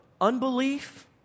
unbelief